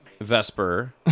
Vesper